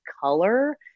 color